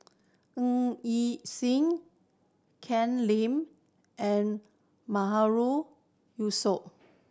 Ng Yi Sheng Ken Lim and Yusof